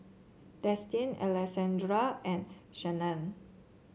Destin Alessandro and Shannan